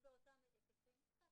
ספק